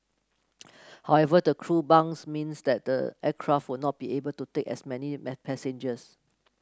however the crew bunks means that the aircraft will not be able to take as many passengers